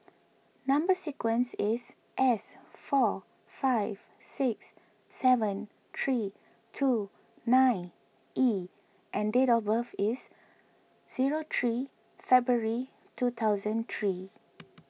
Number Sequence is S four five six seven three two nine E and date of birth is zero three February two thousand three